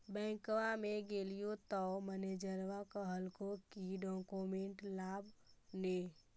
बैंकवा मे गेलिओ तौ मैनेजरवा कहलको कि डोकमेनटवा लाव ने?